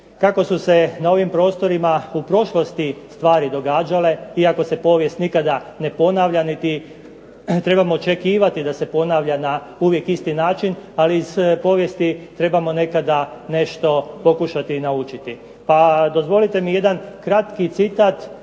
kako su se na ovim prostorima u prošlosti stvari događale, iako se povijest nikada ne ponavlja niti trebamo očekivati da se ponavlja na uvijek isti način, ali iz povijesti trebamo nekada nešto pokušati i naučiti. Pa dozvolite mi jedan kratki citat